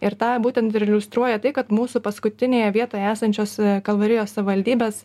ir tai būtent ir iliustruoja tai kad mūsų paskutinėje vietoje esančios kalvarijos savivaldybės